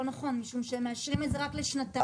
נכון משום שמאשרים את זה רק לשנתיים.